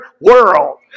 world